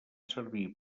servir